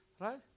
Right